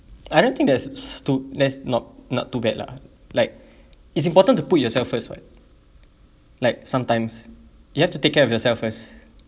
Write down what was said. I don't think there's too that's not not too bad lah like it's important to put yourself first [what] like sometimes you have to take care of yourself first